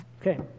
Okay